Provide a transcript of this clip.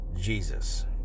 Jesus